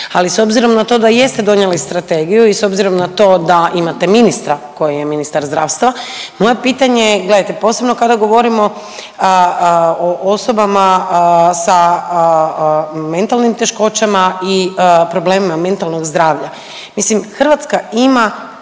Ali s obzirom na to da jeste donijeli strategiju i s obzirom na to da imate ministra koji je ministar zdravstva moje pitanje je, gledajte posebno kada govorimo o osobama sa mentalnim teškoćama i problemima mentalnog zdravlja. Mislim Hrvatska ima